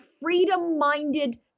freedom-minded